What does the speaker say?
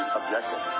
objective